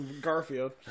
Garfield